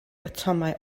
atomau